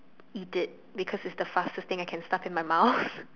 eat it because it's the fastest thing I can like stuff in my mouth